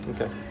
Okay